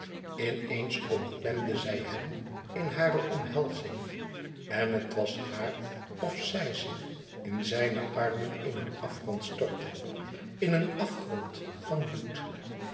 in eens omklemde zij hem in hare omhelzing en het was haar of zij zich in zijne armen in een afgrond stortte in een afgrond van bloed